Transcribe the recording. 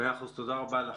תודה רבה לך.